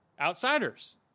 outsiders